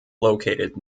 located